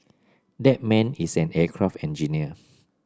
that man is an aircraft engineer